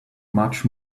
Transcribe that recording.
much